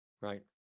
Right